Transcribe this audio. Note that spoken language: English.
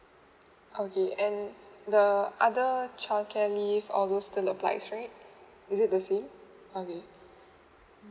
okay and the other childcare leave all those still applies right is it the same okay